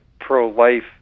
Pro-Life